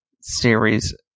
series